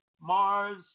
Mars